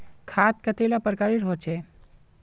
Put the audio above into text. खाद कतेला प्रकारेर होचे?